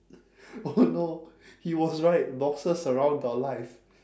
oh no he was right boxes surround the life